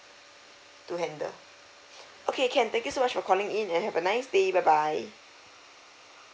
to handle okay can thank you so much for calling in and have a nice day bye bye